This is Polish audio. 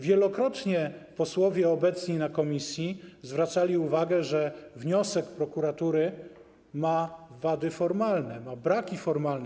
Wielokrotnie posłowie obecni na komisji zwracali uwagę, że wniosek prokuratury ma wady formalne, ma braki formalne.